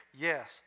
yes